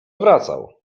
wracał